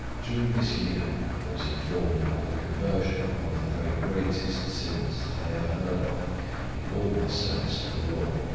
during this year i was informed about the conversion of one of the very greatest sinners, that i ever heard of in all my service for the lord.